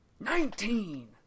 Nineteen